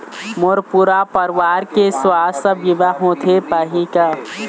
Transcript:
मोर पूरा परवार के सुवास्थ बीमा होथे पाही का?